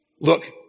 Look